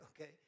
okay